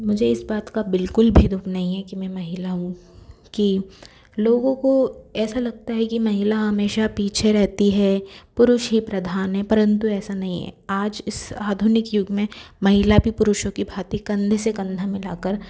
मुझे इस बात का बिल्कुल भी दुःख नहीं है कि मैं महिला हूँ कि लोगों को ऐसा लगता है कि महिला हमेशा पीछे रहती है पुरुष ही प्रधान है परंतु ऐसा नहीं है आज इस आधुनिक युग में महिला भी पुरुषों की भांति कंधे से कंधा मिला कर